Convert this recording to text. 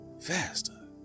faster